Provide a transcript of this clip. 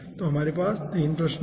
तो यहां हमारे पास 3 प्रश्न हैं